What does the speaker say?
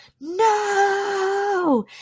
no